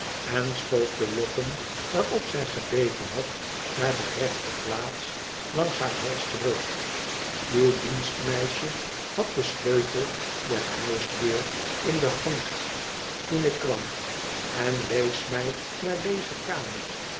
en schoof de lokken waarop zij gebeten had naar de rechte plaats langs haar hals terug uw dienstmeisje had den sleutel der huisdeur in de hand en wees mij naar deze kamer